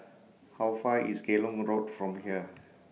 How Far away IS Geylang Road from here